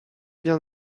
bien